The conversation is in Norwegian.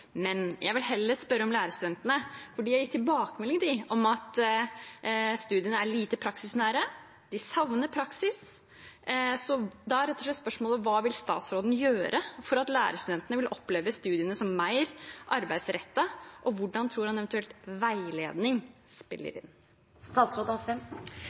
Men jeg vil heller spørre om lærerstudentene, for de har gitt tilbakemeldinger om at studiene er lite praksisnære – de savner praksis. Da er rett og slett spørsmålet: Hva vil statsråden gjøre for at lærerstudentene skal oppleve studiene som mer arbeidsrettet, og hvordan tror han eventuelt veiledning spiller